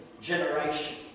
generation